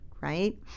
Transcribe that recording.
right